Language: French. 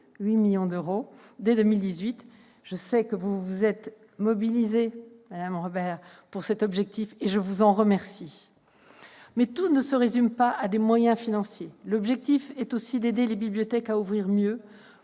8 millions d'euros dès 2018. Je sais que vous vous êtes mobilisée, madame Robert, en faveur de cet objectif, et je vous en remercie. Cependant, tout ne se résume pas à des moyens financiers. L'objectif est également d'aider les bibliothèques à ouvrir « mieux